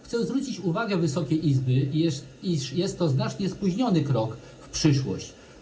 Chcę zwrócić uwagę Wysokiej Izby, iż jest to znacznie spóźniony krok w przyszłość.